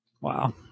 Wow